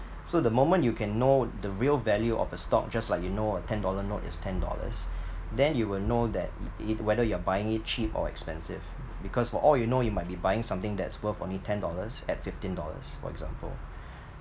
so the moment you can know the real value of the stock just like you know a ten dollar note is ten dollars then you will know that it it whether you're buying it cheap or expensive because for all you know you might be buying something that's worth only ten dollars at fifteen dollars for example